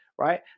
right